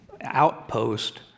outpost